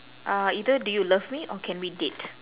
uh either do you love me or can we date